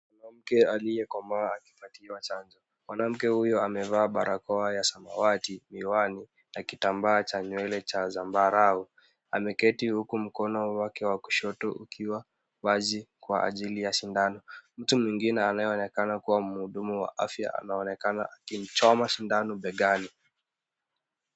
Mwanamke aliyekomaa akipatiwa chanjo. Mwanamke huyo amevaa barakoa ya samawati, miwani na kitambaa cha nywele cha zambarau. Ameketi huku mkono wake wa kushoto ukiwa wazi kwa ajili ya sindano. Mtu mwingine anayeonekana kuwa mhudumu wa afya anaonekana akimchoma sindano begani.